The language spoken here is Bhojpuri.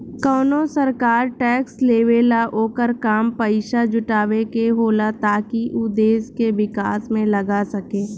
कवनो सरकार टैक्स लेवेला ओकर काम पइसा जुटावे के होला ताकि उ देश के विकास में लगा सके